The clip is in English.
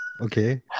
Okay